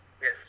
Yes